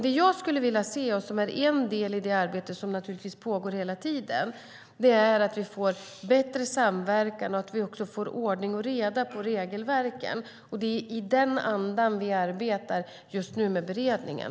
Det jag skulle vilja se och som är en del i det arbete som pågår hela tiden är att vi får bättre samverkan och också ordning och reda på regelverken. Det är i den andan vi arbetar just nu med beredningen.